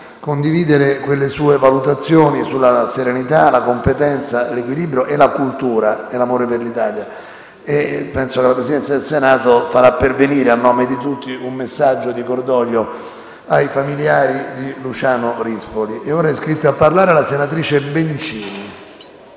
condividere le sue valutazioni sulla serenità, la competenza, l'equilibrio, la cultura e l'amore per l'Italia. Penso che la Presidenza del Senato farà pervenire a nome di tutti un messaggio di cordoglio ai familiari di Luciano Rispoli.